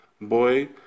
boy